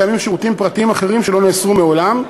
קיימים שירותים פרטיים אחרים שלא נאסרו מעולם,